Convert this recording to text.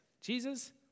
Jesus